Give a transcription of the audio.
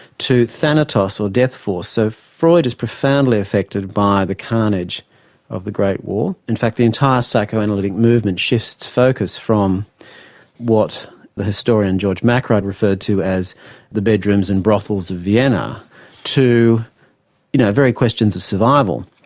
to thanatos or death force. so freud is profoundly affected by the carnage of the great war. in fact, the entire psychoanalytic movement shifts focus from what the historian george makari referred to as the bedrooms and brothels of vienna to you know very questions of survival.